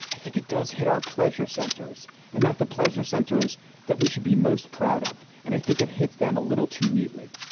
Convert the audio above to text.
i think it does hit our pleasure centers and that the pleasure centers that we should be most proud of. and i think it hits them a little too neatly.